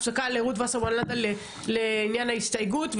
הפסקה לרות וסרמן לנדה לעניין ההסתייגות,